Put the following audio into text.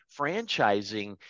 franchising